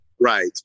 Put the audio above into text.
right